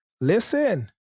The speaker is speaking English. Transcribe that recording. Listen